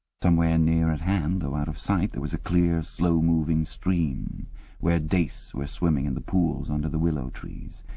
somewhere near at hand, though out of sight, there was a clear, slow-moving stream where dace were swimming in the pools under the willow trees.